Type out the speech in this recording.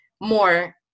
more